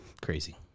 Crazy